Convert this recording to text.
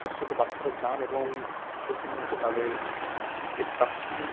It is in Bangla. ছোট ছোট বাচ্চারা যান এবং প্রতিনিয়ত তাদের যে প্রাথমিক